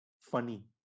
funny